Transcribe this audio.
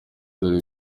dore